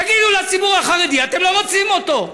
תגידו לציבור החרדי שאתם לא רוצים אותו.